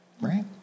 Right